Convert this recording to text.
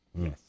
Yes